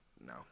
No